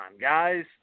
guys